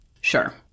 Sure